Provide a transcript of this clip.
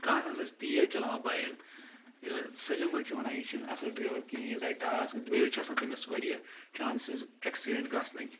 کانٛہہ ہَسا چھِ تیز چَلاوان بایِک یہِ سٲلِم حظ چھِ وَنان یہِ چھِنہٕ اَصٕل ڈرٛیوَر کِہیٖنۍ یہِ ترٛایہِ ٹاس کٲنٛسہِ بیٚیہِ حظ چھِ آسان تٔمِس واریاہ چانسٕز ایٚکسِڈٮ۪نٛٹ گژھنٕکۍ